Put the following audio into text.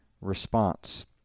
response